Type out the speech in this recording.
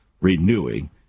Renewing